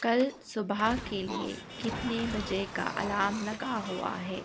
کل صبح کے لیے کتنے بجے کا الارم لگا ہوا ہے